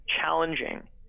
challenging